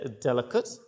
delicate